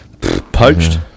Poached